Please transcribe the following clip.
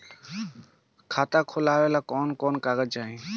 खाता खोलेला कवन कवन कागज चाहीं?